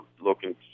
looking